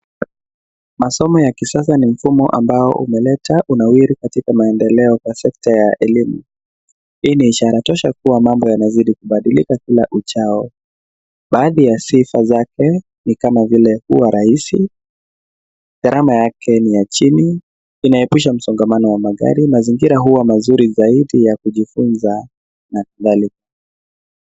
Masomo ya kisasa ni mfumo ambao umeleta unawiri katika maendeleo kwa sekta ya elimu. Hii ni ishara tosha kuwa mambo yanazidi kubadilika kila uchao. Baadhi ya sifa zake ni kama vile huwa rahisi, gharama yake ni ya chini, inayoepusha msongamano wa magari, mazingira huwa mazuri zaidi ya kujifunza na kadhalika.